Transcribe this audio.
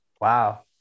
Wow